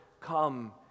come